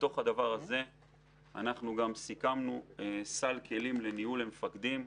בתוך זה גם סיכמנו סל כלים לניהול למפקדים,